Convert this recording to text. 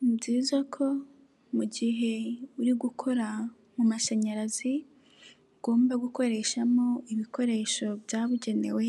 Ni byiza ko mu gihe uri gukora mu mashanyarazi ugomba gukoreshamo ibikoresho byabugenewe